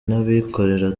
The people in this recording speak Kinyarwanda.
n’abikorera